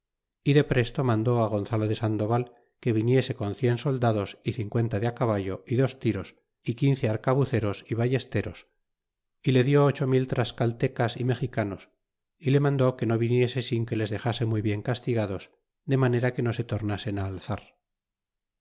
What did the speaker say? y depresto mandó gonzalo de sandoval que viniese con cien soldados y cincuenta de caballo y dos tiros y quince arcabuceros y ballesteros y le dió ocho mil tlascaltecas y mexicanos y le mandó que no viniese sin que les dexase muy bien castigados de manera que no se tornasen alzar